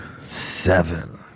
seven